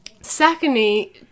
Secondly